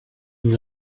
ils